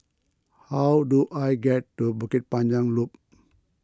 how do I get to Bukit Panjang Loop